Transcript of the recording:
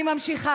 אני לא מאמין,